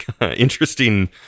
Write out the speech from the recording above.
interesting